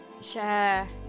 share